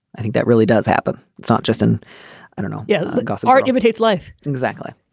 i think that really does happen. it's not just an i don't know. yeah. like so art imitates life. exactly.